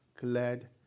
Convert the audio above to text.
glad